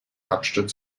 absturz